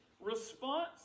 response